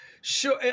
Sure